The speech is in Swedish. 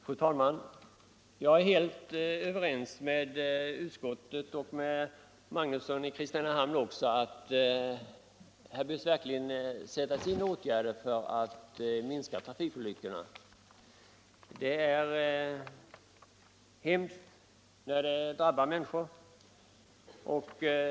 Fru talman! Jag är helt överens med utskottet och även med herr Magnusson i Kristinehamn — här behöver det verkligen sättas in åtgärder för att minska antalet trafikolyckor.